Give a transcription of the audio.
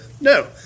No